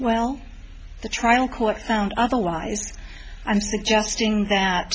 well the trial court found otherwise i'm suggesting that